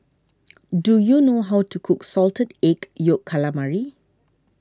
do you know how to cook Salted Egg Yolk Calamari